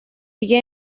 دیگه